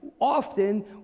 often